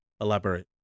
Elaborate